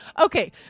Okay